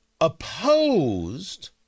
opposed